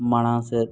ᱢᱟᱲᱟᱝ ᱥᱮᱫ